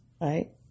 right